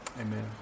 Amen